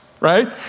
Right